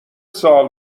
سوال